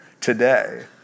today